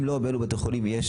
אם לא, באלו בתי חולים יש